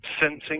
sensing